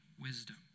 wisdom